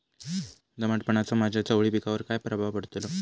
दमटपणाचा माझ्या चवळी पिकावर काय प्रभाव पडतलो?